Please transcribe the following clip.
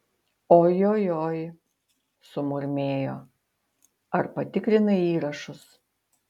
ojojoi sumurmėjo ar patikrinai įrašus